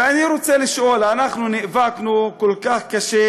ואני רוצה לשאול: אנחנו נאבקנו כל כך קשה